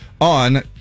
on